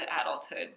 adulthood